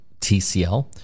TCL